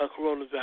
coronavirus